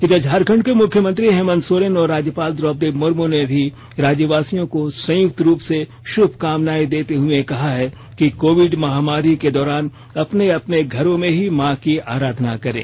इधर झारखंड के मुख्यमंत्री हेमंत सोरेन और राज्यपाल द्रोपदी मुर्मू ने राज्यवासियों को संयुक्त रूप से शुभकामनाएं देते हुए कहा है कि कोविड महामारी के दौरान अपने अपने घरों में ही मां की अराधना करें